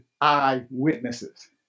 eyewitnesses